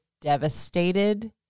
devastated